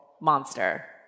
monster